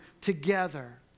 together